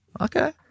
Okay